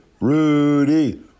Rudy